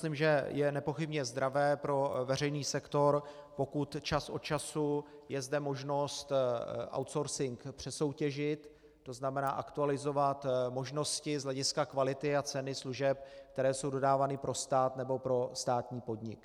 Myslím, že je nepochybně zdravé pro veřejný sektor, pokud čas od času je zde možnost outsourcing přesoutěžit, to znamená aktualizovat možnosti z hlediska kvality a ceny služeb, které jsou dodávány pro stát nebo pro státní podnik.